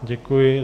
Děkuji.